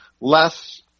less